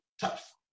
tough